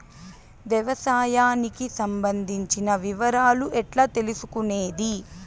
వ్యవసాయానికి సంబంధించిన వివరాలు ఎట్లా తెలుసుకొనేది?